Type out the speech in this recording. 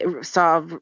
saw